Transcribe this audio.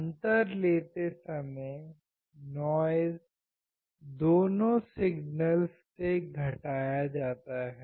अंतर लेते समय नॉइज़ दोनों सिग्नल्स से घटाया जाता है